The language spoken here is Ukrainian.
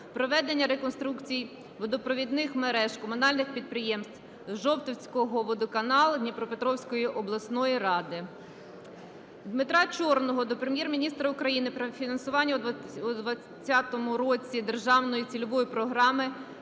проведення реконструкцій водопровідних мереж комунального підприємства "Жовтоводський водоканал" Дніпропетровської обласної ради". Дмитра Чорного до Прем'єр-міністра України про фінансування у 2020 році Державної цільової програми